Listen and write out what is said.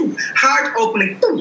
heart-opening